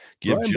Give